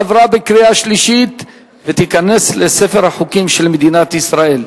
עברה בקריאה שלישית ותיכנס לספר החוקים של מדינת ישראל.